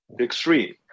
extreme